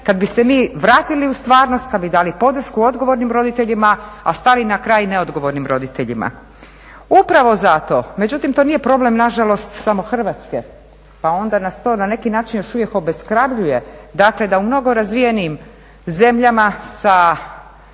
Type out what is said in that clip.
kad bi se mi vratili u stvarnost, kad bi dali podršku odgovornim roditeljima, a stali na kraj neodgovornim roditeljima. Upravo zato, međutim to nije problem nažalost samo Hrvatske pa onda nas to na neki način još uvijek obeshrabruje, dakle da u mnogo razvijenijim zemljama sa